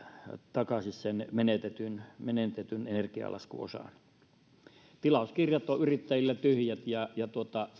takaisin sen menetetyn menetetyn energialaskuosan tilauskirjat ovat yrittäjillä tyhjät ja ja